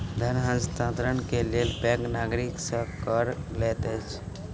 धन हस्तांतरण के लेल बैंक नागरिक सॅ कर लैत अछि